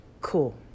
Cool